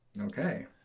Okay